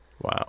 Wow